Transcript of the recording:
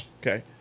Okay